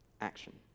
Action